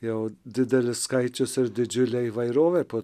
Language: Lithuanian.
jau didelis skaičius ir didžiulė įvairovė po